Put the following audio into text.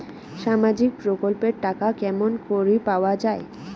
সামাজিক প্রকল্পের টাকা কেমন করি পাওয়া যায়?